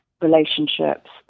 relationships